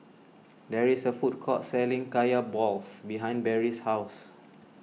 there is a food court selling Kaya Balls behind Barry's house